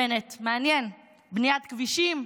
בנט, מעניין, בניית כבישים?